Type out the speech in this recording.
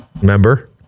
Remember